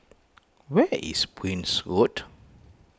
where is Prince Road